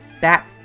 back